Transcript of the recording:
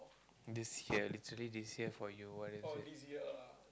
this year literally this year for you what is it